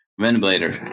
ventilator